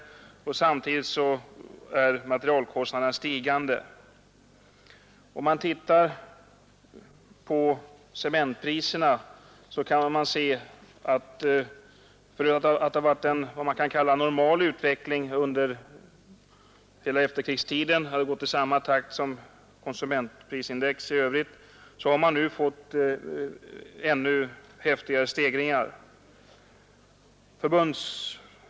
Samtidigt är materialkostnaderna stigande. Om man tittar på cementpriserna, kan man se att de, från att — på grund av en vad man kan kalla normal utveckling under hela efterkrigstiden — har gått i samma takt som konsumentprisindex i övrigt, nu har fått en ännu häftigare stegring.